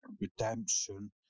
redemption